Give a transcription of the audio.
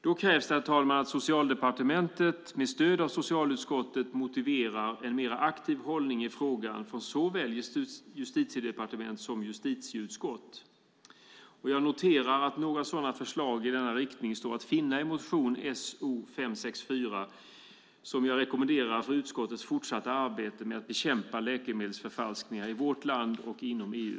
Det krävs då, herr talman, att Socialdepartementet med stöd av socialutskottet motiverar en mer aktiv hållning i frågan från såväl justitiedepartement som justitieutskott. Jag noterar att några förslag i denna riktning står att finna i motion So564, som jag rekommenderar i utskottets fortsatta arbete med att bekämpa läkemedelsförfalskningar i vårt land och inom EU.